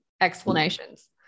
explanations